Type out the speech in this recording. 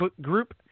group